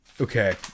Okay